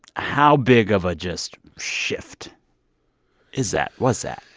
how big of a just shift is that was that?